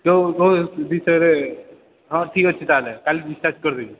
ଯୋଉ ଯୋଉ ବିିଷୟରେ ହଁ ଠିକ୍ ଅଛି ତା'ହେଲେ କାଲି ଡିସଚାର୍ଜ୍ କରିଦେବି